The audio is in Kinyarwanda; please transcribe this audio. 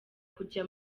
kuja